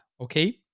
okay